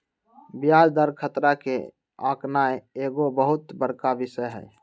ब्याज दर खतरा के आकनाइ एगो बहुत बड़का विषय हइ